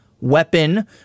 weapon